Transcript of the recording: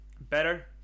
better